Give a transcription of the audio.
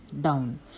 down